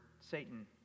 Satan